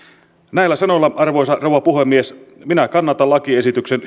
näillä sanoilla arvoisa rouva puhemies minä kannatan lakiesityksen